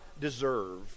deserve